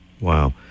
wow